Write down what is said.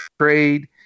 trade